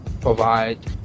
provide